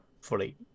fully